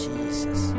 Jesus